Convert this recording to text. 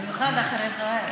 במיוחד אחרי זוהיר.